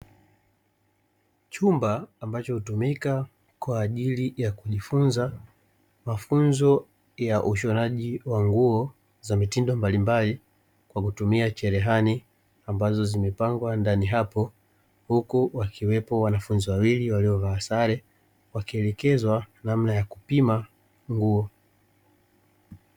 Chumba ambacho hutumika kwa ajili ya kujifunza mafunzo ya ushonaji wa nguo za mitindo mbalimbali, kwa kutumia chelehani ambazo zimepangwa ndani hapo huku wakiwepo wanafunzi wawili waliovaa sare, wakielekezwa namna ya kupima nguo.